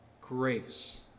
grace